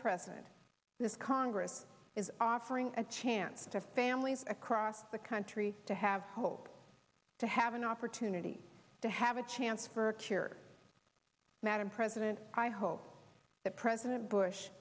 president this congress is offering a chance to families across the country to have hope to have an opportunity to have a chance for a cure madam president i hope that president bush